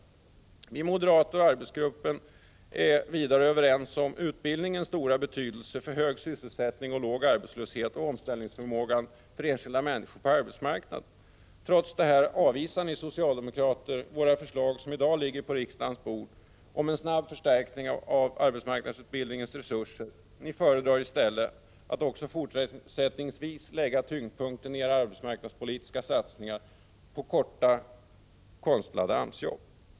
Vi moderater och arbetsgruppen är vidare överens om utbildningens stora betydelse för hög sysselsättning och låg arbetslöshet och för enskilda människors omställningsförmåga på arbetsmarknaden. Trots detta avvisar ni socialdemokrater våra förslag, som i dag ligger på riksdagens bord, om en snabb förstärkning av arbetsmarknadsutbildningens resurser. Ni föredrar i stället att också fortsättningsvis lägga tyngdpunkten vid era arbetsmarknadspolitiska satsningar på korta och konstlade AMS-jobb.